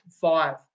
five